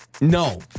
No